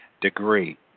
degree